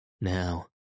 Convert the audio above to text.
Now